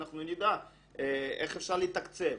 אנחנו נדע איך אפשר לתקצב.